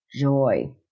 joy